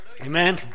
Amen